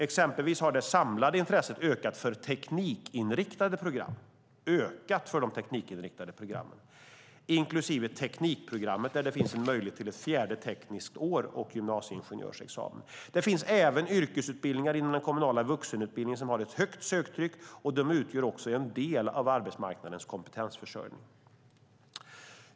Exempelvis har det samlade intresset ökat för de teknikinriktade programmen inklusive teknikprogrammet där det finns en möjlighet till ett fjärde tekniskt år och gymnasieingenjörsexamen. Det finns även yrkesutbildningar inom den kommunala vuxenutbildningen som har ett högt söktryck, och de utgör också en del av arbetsmarknadens kompetensförsörjning.